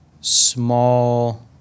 small